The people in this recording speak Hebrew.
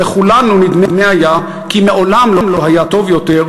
ולכולנו נדמה היה כי מעולם לא היה טוב יותר,